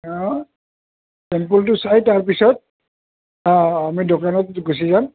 চেম্পোলটো চাই তাৰ পিছত অঁ অঁ আমি দোকানত গুচি যাম